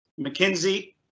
McKinsey